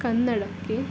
ಕನ್ನಡಕ್ಕೆ